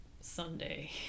Sunday